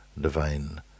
divine